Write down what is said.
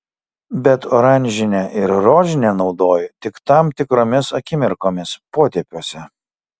bet oranžinę ir rožinę naudoju tik tam tikromis akimirkomis potėpiuose